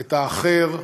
את האחר,